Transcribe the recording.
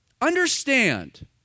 Understand